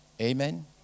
amen